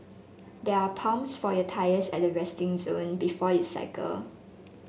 there are pumps for your tyres at the resting zone before you cycle